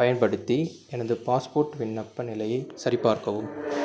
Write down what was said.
பயன்படுத்தி எனது பாஸ்போர்ட் விண்ணப்ப நிலையை சரிபார்க்கவும்